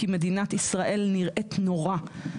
כי מדינת ישראל נראית נורא.